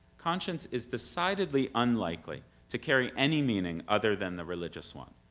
conscience is decidedly unlikely to carry any meaning other than the religious one.